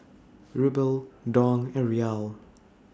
Ruble Dong and Riyal